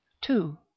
two